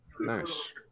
Nice